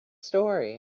story